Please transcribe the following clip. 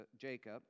Jacob